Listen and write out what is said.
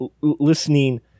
listening